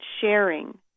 sharing